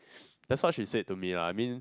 that's what she said to me lah I mean